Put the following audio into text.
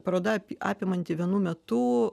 paroda apimanti vienu metu